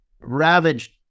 ravaged